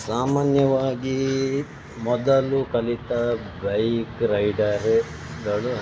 ಸಾಮಾನ್ಯವಾಗಿ ಮೊದಲು ಕಲಿತ ಬೈಕ್ ರೈಡರ್ಗಳು